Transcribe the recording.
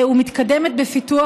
ומתקדמת בפיתוח,